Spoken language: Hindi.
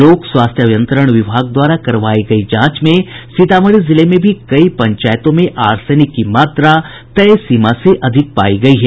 लोक स्वास्थ्य अभियंत्रण विभाग द्वारा करवाई गयी जांच में सीतामढ़ी जिले में भी कई पंचायतों में आर्सेनिक की मात्रा तय सीमा से अधिक पायी गयी है